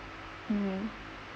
um